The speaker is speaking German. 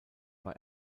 war